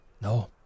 No